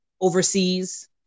overseas